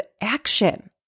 action